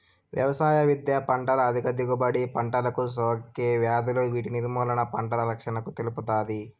వ్యవసాయ విద్య పంటల అధిక దిగుబడి, పంటలకు సోకే వ్యాధులు వాటి నిర్మూలన, పంటల రక్షణను తెలుపుతాది